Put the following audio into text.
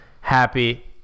Happy